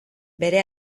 bere